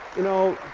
you know,